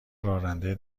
راننده